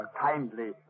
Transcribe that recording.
Kindly